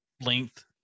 length